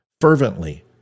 fervently